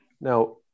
now